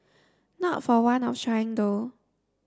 not for want of trying though